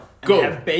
go